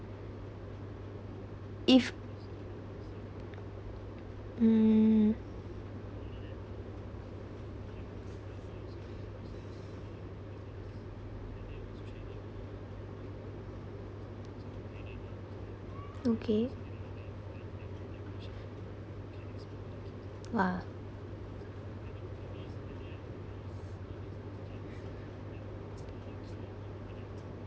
if mm okay !wah!